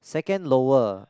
second lower